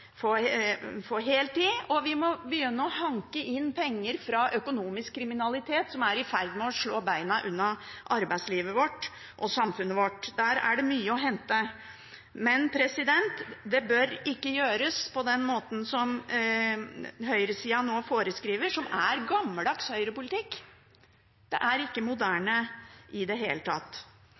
få heltid, og vi må begynne å hanke inn penger fra økonomisk kriminalitet, som er i ferd med å slå beina under arbeidslivet vårt og samfunnet vårt. Der er det mye å hente. Men det bør ikke gjøres på den måten som høyresida nå foreskriver, som er gammeldags Høyre-politikk. Det er ikke moderne i det hele tatt.